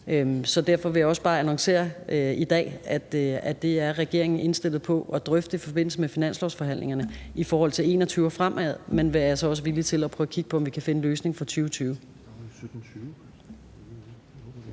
Så derfor vil jeg også bare annoncere i dag, at det er regeringen indstillet på at drøfte i forbindelse med finanslovsforhandlingerne i forhold til 2021 og fremad, men vi er altså også villige til at prøve at kigge på, om vi kan finde en løsning for 2020.